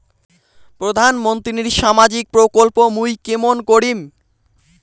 প্রধান মন্ত্রীর সামাজিক প্রকল্প মুই কেমন করিম?